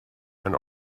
and